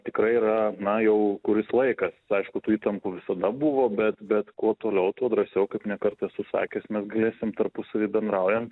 tikrai yra na jau kuris laikas aišku tų įtampų visada buvo bet bet kuo toliau tuo drąsiau kaip ne kartą esu sakęs mes galėsim tarpusavy bendraujant